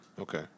Okay